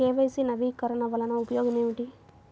KYC నవీకరణ వలన ఉపయోగం ఏమిటీ?